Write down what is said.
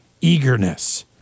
eagerness